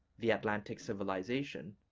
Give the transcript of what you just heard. the atlantic civilization,